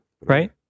Right